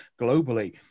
globally